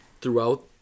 throughout